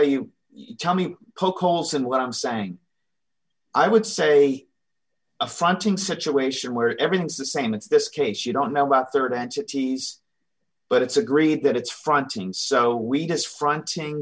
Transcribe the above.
you tell me poke holes in what i'm saying i would say affronting situation where everything's the same it's this case you don't know about rd entities but it's agree that it's fronting so we just fronting